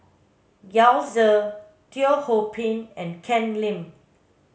Yao Zi Teo Ho Pin and Ken Lim